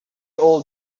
old